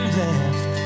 left